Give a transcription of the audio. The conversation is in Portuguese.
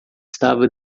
estava